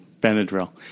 Benadryl